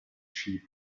sheep